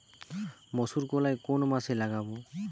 মুসুর কলাই কোন মাসে লাগাব?